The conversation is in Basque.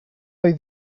ohi